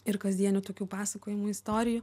ir kasdienių tokių pasakojimų istorijų